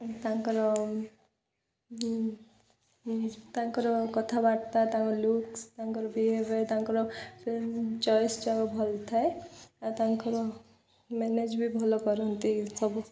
ତାଙ୍କର ତାଙ୍କର କଥାବାର୍ତ୍ତା ତାଙ୍କର ଲୁକ୍ସ ତାଙ୍କର ବିହେଭିିଅର୍ ତାଙ୍କର ଚଏସ୍ ଯାକ ଭଲ ଥାଏ ଆଉ ତାଙ୍କର ମ୍ୟାନେଜ୍ ବି ଭଲ କରନ୍ତି ସବୁ